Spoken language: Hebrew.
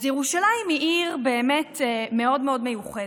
אז ירושלים היא עיר באמת מאוד מאוד מיוחדת,